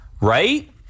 Right